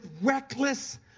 reckless